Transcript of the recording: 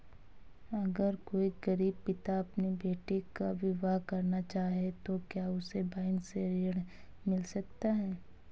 अगर कोई गरीब पिता अपनी बेटी का विवाह करना चाहे तो क्या उसे बैंक से ऋण मिल सकता है?